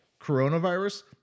coronavirus